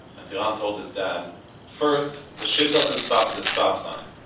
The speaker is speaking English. and tiran told his dad first, the shit doesn't stop at the stop sign,